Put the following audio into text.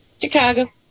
Chicago